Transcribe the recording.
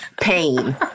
pain